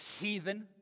heathen